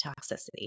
toxicity